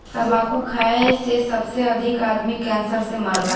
तम्बाकू खाए से सबसे अधिक आदमी कैंसर से मरला